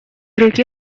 руке